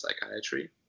psychiatry